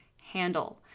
handle